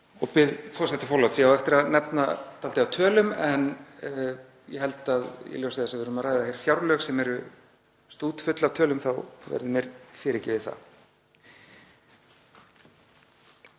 Ég bið forseta forláts, ég á eftir að nefna dálítið af tölum en ég held að í ljósi þess að við erum að ræða hér fjárlög sem eru stútfull af tölum þá verði mér fyrirgefið það.